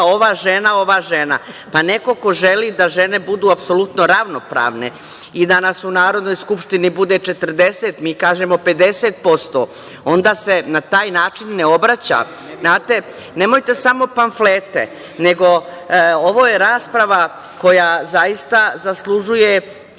ova žena, ova žena. Neko ko želi da žene budu apsolutno ravnopravne i da nas u Narodnoj skupštini bude 40, mi kažemo 50%, onda se na taj način ne obraća. Znate, nemojte samo pamflete, nego ovo je rasprava koja zaista zaslužuje i